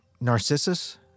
Narcissus